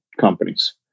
companies